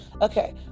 Okay